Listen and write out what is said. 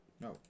No